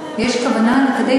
כוונה לקדם